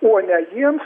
o ne jiems